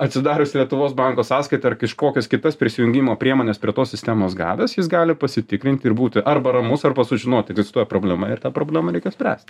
atsidarius lietuvos banko sąskaitą ar kažkokias kitas prisijungimo priemones prie tos sistemos gavęs jis gali pasitikrinti ir būti arba ramus arba sužinoti egzistuoja problema ir tą problemą reikia spręst